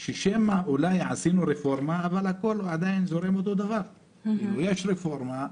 שמא עשינו רפורמה אבל הכול עדיין זורם אותו דבר יש רפורמה,